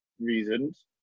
reasons